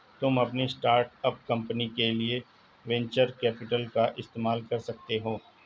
तुम अपनी start up company के लिए वेन्चर कैपिटल का इस्तेमाल कर सकते हो